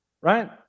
right